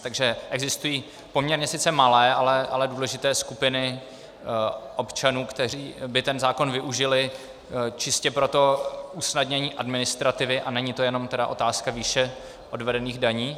Takže existují poměrně sice malé, ale důležité skupiny občanů, kteří by ten zákon využili čistě pro to usnadnění administrativy, a není to jenom tedy otázka výše odvedených daní.